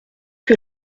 que